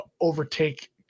overtake